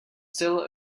still